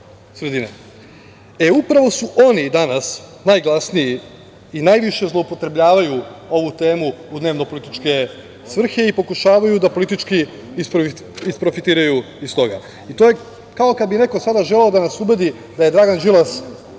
sredine. Upravo su oni danas najglasniji i najviše zloupotrebljavaju ovu temu u dnevnopolitičke svrhe i pokušavaju da politički isprofitiraju iz toga. To je kao kada bi sada neko želeo da nas ubedi da je Dragan Đilas veliki